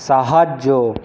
সাহায্য